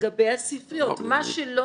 לגבי הספריות, מה שלא